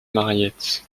mariette